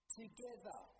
together